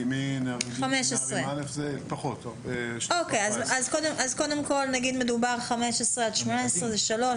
15. 14. אז קודם כל נגיד מדובר 15 עד 18 זה שלוש,